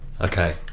Okay